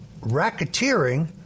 racketeering